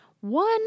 One